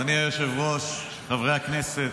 אדוני היושב-ראש, חברי הכנסת,